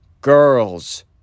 girls